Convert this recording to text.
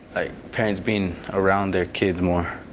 like parents being around their kids more,